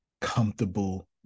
comfortable